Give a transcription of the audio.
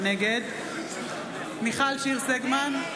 נגד מיכל שיר סגמן,